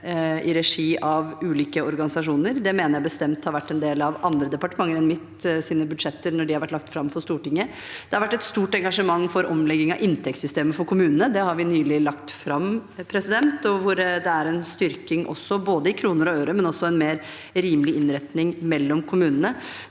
i regi av ulike organisasjoner. Det mener jeg bestemt har vært en del av andre enn mitt departements budsjetter når de har vært lagt fram for Stortinget. Det har vært et stort engasjement for omlegging av inntektssystemet for kommunene. Det har vi nylig lagt fram, hvor det er en styrking i kroner og øre, men også en mer rimelig innretning mellom kommunene.